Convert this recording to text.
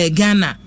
Ghana